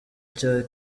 cya